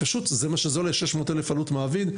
זה עולה 600,000 עלות מעביד.